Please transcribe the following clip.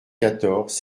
quatorze